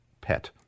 pet